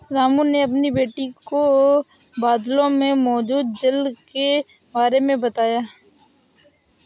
रामू ने अपनी बेटी को बादलों में मौजूद जल के बारे में बताया